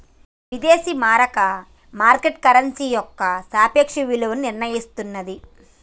విదేశీ మారక market currency యొక్క సాపేక్ష విలువను నిర్ణయిస్తన్నాది